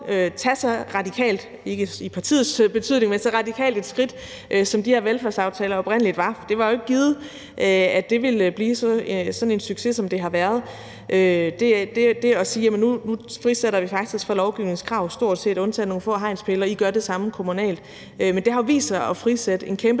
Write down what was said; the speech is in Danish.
tage så radikalt, og ikke i partinavnets betydning, et skridt, som de her velfærdsaftaler oprindelig var. For det var jo ikke givet, at det ville blive sådan en succes, som det har været. Det at sige, at nu frisætter vi faktisk fra lovgivningskrav, stort set, undtagen inden for nogle få hegnspæle, og at I gør det samme kommunalt, har jo vist sig at frisætte en kæmpe